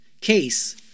case